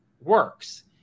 works